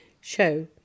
show